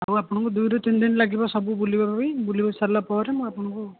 ଆଉ ଆପଣଙ୍କୁ ଦୁଇରୁ ତିନଦିନ ଲାଗିବ ସବୁ ବୁଲିବା ପାଇଁ ବୁଲି ସାରିବା ପରେ ମୁଁ ଆପଣଙ୍କୁ